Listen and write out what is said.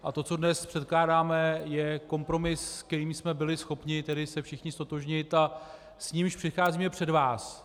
A to, co dnes předkládáme, je kompromis, se kterým jsme byli schopni se všichni ztotožnit a s nímž přicházíme před vás.